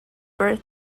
birth